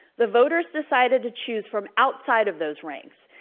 the voters decided to choose from outside of those ranks.